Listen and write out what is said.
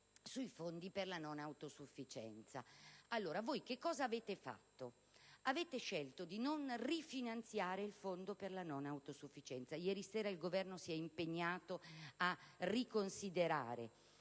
sui fondi per la non autosufficienza. Cosa avete fatto allora? Avete scelto di non rifinanziare il Fondo per la non autosufficienza. Ieri sera il Governo si è impegnato a riconsiderare